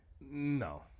No